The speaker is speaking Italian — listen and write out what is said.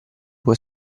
puoi